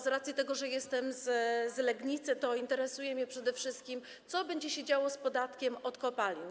Z racji tego, że jestem z Legnicy, interesuje mnie przede wszystkim to, co będzie się działo z podatkiem od kopalin.